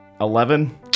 Eleven